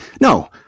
No